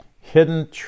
hidden